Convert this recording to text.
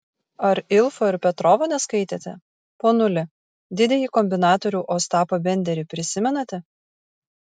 ar ilfo ir petrovo neskaitėte ponuli didįjį kombinatorių ostapą benderį prisimenate